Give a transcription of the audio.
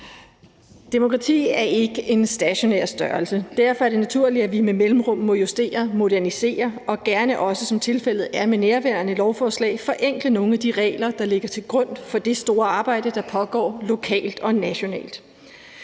Demokrati er ikke en stationær størrelse. Derfor er det naturligt, at vi med mellemrum må justere, modernisere og gerne også, som tilfældet er med nærværende lovforslag, forenkle nogle af de regler, der ligger til grund for det store arbejde, der pågår lokalt og nationalt.